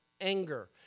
anger